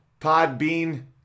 Podbean